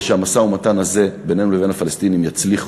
שהמשא-ומתן הזה בינינו לבין הפלסטינים יצליח,